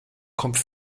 kommt